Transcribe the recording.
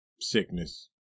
sickness